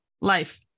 Life